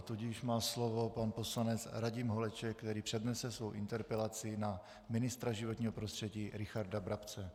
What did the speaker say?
Tudíž má slovo pan poslanec Radim Holeček, který přednese svou interpelaci na ministra životního prostředí Richarda Brabce.